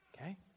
Okay